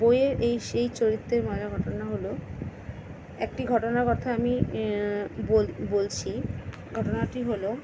বইয়ে এইস এই চরিত্রের মজার ঘটনা হলো একটি ঘটনার কথা আমি বল বলছি ঘটনাটি হলো